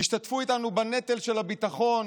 ישתתפו איתנו בנטל של הביטחון,